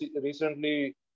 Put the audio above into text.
recently